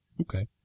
Okay